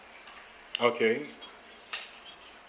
okay